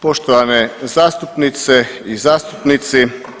Poštovane zastupnice i zastupnici.